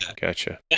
gotcha